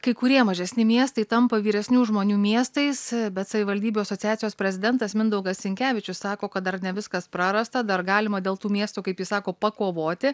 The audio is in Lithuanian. kai kurie mažesni miestai tampa vyresnių žmonių miestais bet savivaldybių asociacijos prezidentas mindaugas sinkevičius sako kad dar ne viskas prarasta dar galima dėl tų miestų kaip jis sako pakovoti